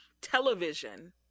television